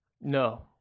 No